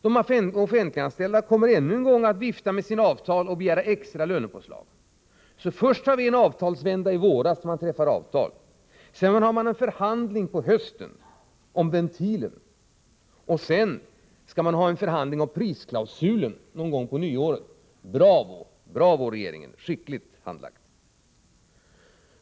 Jo, att de offentliganställda ännu en gång kommer att vifta med sina avtal och begära extra lönepåslag. Först hade vi alltså en avtalsvända i våras där man träffade avtal. Sedan var det en förhandling på hösten om ventilen, och därefter, någon gång framemot nyår, skall man ha en förhandling om prisklausulen. Bravo, regeringen! Skickligt handlagt!